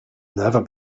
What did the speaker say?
never